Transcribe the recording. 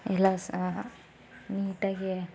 ಎಲ್ಲ ಸಹ ನೀಟಾಗಿ